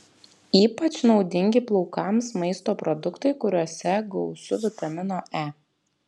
ypač naudingi plaukams maisto produktai kuriuose gausu vitamino e